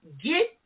get